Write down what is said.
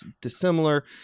dissimilar